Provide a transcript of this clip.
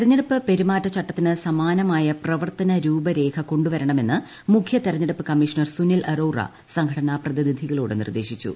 തെരഞ്ഞെടുപ്പ് പെരുമാറ്റച്ചട്ടത്തിനു സമാനമായ പ്രവർത്തന രൂപരേഖ കൊണ്ടുവരണമെന്ന് മുഖ്യ തെരഞ്ഞെടുപ്പു കമ്മീഷണർ സുനിൽ അറോറ സംഘടനാ പ്രതിനിധികളോട് നിർദ്ദേശിച്ചു